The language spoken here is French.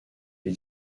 les